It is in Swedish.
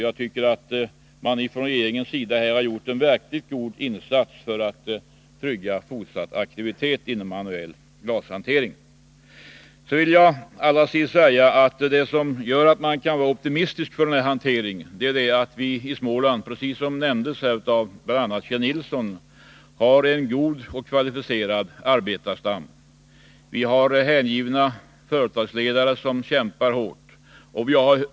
Jag tycker att man från regeringens sida har gjort en verkligt god insats för att trygga en överlevnad och en fortsatt framtid för för svensk glasindustri. Allra sist: Man kan vara optimistisk beträffande det svenska glaset, därför att i Småland — det nämnde bl.a. Kjell Nilsson — har vi en god och kvalificerad arbetarstam. Vi har hängivna företagsledare som kämpar hårt.